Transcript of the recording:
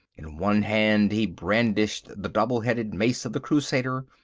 in one hand he brandished the double-headed mace of the crusader,